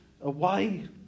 away